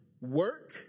work